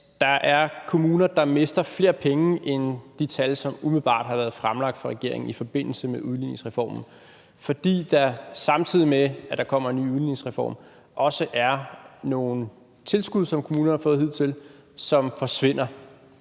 der er kommuner, der mister flere penge end de tal, som umiddelbart har været fremlagt fra regeringens side i forbindelse med udligningsreformen, fordi der, samtidig med at der kommer en ny udligningsreform, også er nogle tilskud, som kommunerne har fået hidtil, som forsvinder.